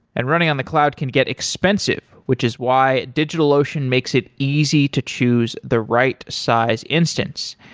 and running on the cloud can get expensive, which is why digitalocean makes it easy to choose the right size instance.